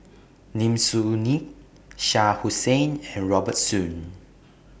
Lim Soo Ngee Shah Hussain and Robert Soon